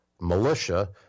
militia